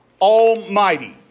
Almighty